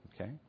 Okay